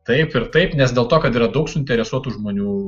taip ir taip nes dėl to kad yra daug suinteresuotų žmonių